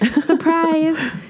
surprise